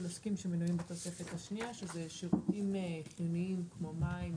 עסקים שמנויים בתוספת השנייה שזה שירותים פנימיים כמו מים,